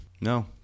No